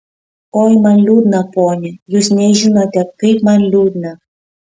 oi man liūdna pone jūs nežinote kaip man liūdna